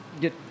get